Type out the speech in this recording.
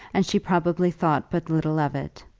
and she probably thought but little of it.